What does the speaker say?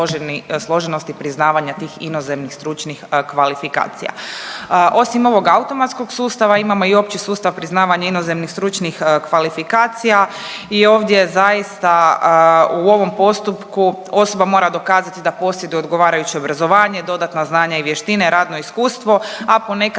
priznavanja tih inozemnih stručnih kvalifikacija. Osim ovog automatskog sustava imamo i opći sustav priznavanja inozemnih stručnih kvalifikacija i ovdje zaista u ovom postupku osoba mora dokazati da posjeduje odgovarajuće obrazovanje, dodatna znanja i vještine, radno iskustvo, a ponekad